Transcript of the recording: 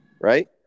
Right